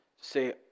Say